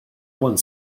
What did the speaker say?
one